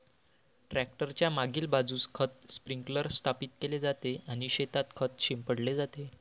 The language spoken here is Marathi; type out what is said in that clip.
ट्रॅक्टर च्या मागील बाजूस खत स्प्रिंकलर स्थापित केले जाते आणि शेतात खत शिंपडले जाते